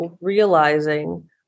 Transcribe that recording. realizing